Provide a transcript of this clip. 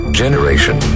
generation